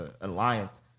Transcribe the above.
alliance